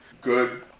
good